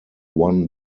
one